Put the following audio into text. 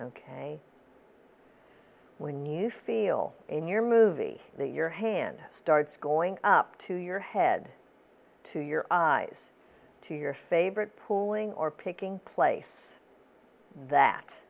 ok when you feel in your movie that your hand starts going up to your head to your eyes to your favorite pulling or picking place that